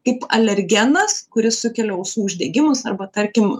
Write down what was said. kaip alergenas kuris sukelia ausų uždegimus arba tarkim